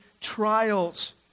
trials